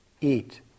eat